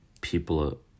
people